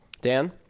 Dan